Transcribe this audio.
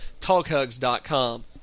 TalkHugs.com